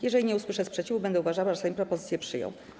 Jeżeli nie usłyszę sprzeciwu, będę uważała, że Sejm propozycję przyjął.